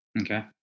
Okay